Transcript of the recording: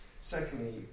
Secondly